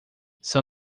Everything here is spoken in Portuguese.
são